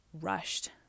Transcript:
rushed